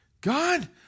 god